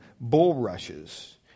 bulrushes